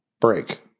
Break